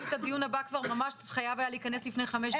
הדיון הבא חייב היה להיכנס לפני חמש דקות.